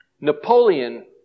Napoleon